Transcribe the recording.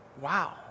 Wow